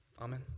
Amen